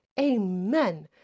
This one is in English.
Amen